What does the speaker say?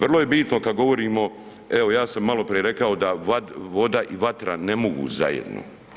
Vrlo je bitno kad govorimo, evo ja sam maloprije rekao da voda i vatra ne mogu zajedno.